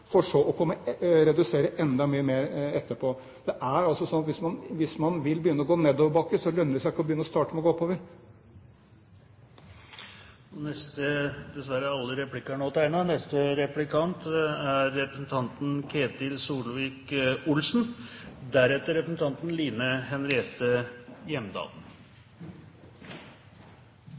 for så å redusere enda mye mer etterpå. Det er altså sånn at hvis man vil begynne å gå nedoverbakke, lønner det seg ikke å begynne å starte med å gå oppover. Jeg synes det er